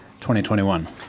2021